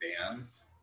bands